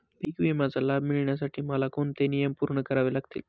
पीक विम्याचा लाभ मिळण्यासाठी मला कोणते नियम पूर्ण करावे लागतील?